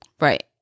Right